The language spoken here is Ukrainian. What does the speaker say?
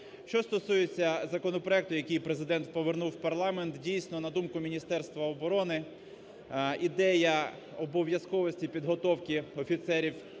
Що стосується законопроекту, який Президент повернув в парламент, дійсно, на думку Міністерства оборони, ідея обов’язковості підготовки офіцерів